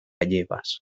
llevas